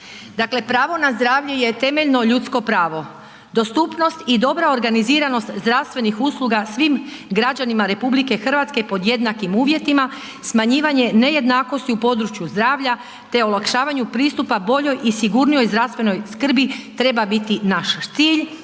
pravo na zdravlje je temeljeno ljudsko pravo. Dostupnost i dobra organiziranost zdravstvenih usluga svim građanima RH pod jednakim uvjetima, smanjivanje nejednakosti u području zdravlja te olakšavanju pristupa boljoj i sigurnijoj zdravstvenoj skrbi treba biti naš cilj